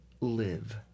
live